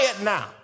now